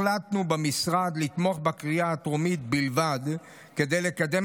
החלטנו במשרד לתמוך בקריאה הטרומית בלבד כדי לקדם